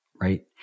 right